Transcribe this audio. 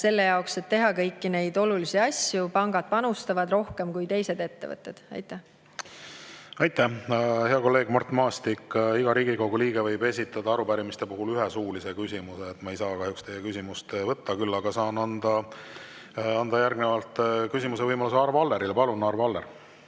selle jaoks, et teha kõiki neid olulisi asju. Pangad panustavad rohkem kui teised ettevõtted. Aitäh! Hea kolleeg Mart Maastik, iga Riigikogu liige võib esitada arupärimiste puhul ühe suulise küsimuse. Ma ei saa kahjuks teie küsimust võtta. Küll aga saan anda järgnevalt küsimise võimaluse Arvo Allerile. Palun, Arvo Aller!